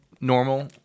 normal